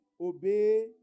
obey